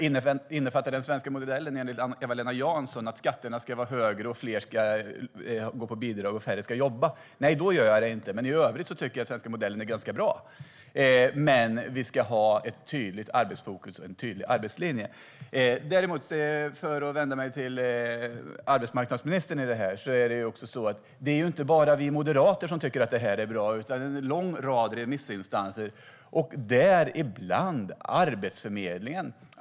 Innefattar den svenska modellen enligt Eva-Lena Jansson att skatterna ska vara högre, att fler ska gå på bidrag och att färre ska jobba? I så fall gör jag det inte. Men i övrigt tycker jag att den svenska modellen är ganska bra. Vi ska dock ha ett tydligt arbetsfokus och en tydlig arbetslinje. För att vända mig till arbetsmarknadsministern vill jag säga att det inte bara är vi moderater som tycker att detta är bra utan också en lång rad remissinstanser, däribland Arbetsförmedlingen.